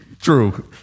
True